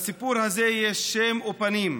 לסיפור הזה יש שם ופנים.